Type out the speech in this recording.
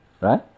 right